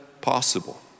possible